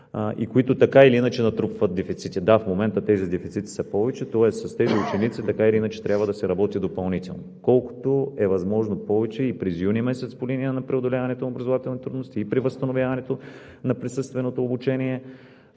и които така или иначе натрупват дефицити. Да, в момента тези дефицити са повече, тоест с тези ученици така или иначе трябва да се работи допълнително колкото е възможно повече и през юни месец по линия на преодоляването на образователните трудности и при възстановяването на присъственото обучение.